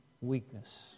weakness